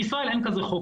בישראל אין כזה חוק.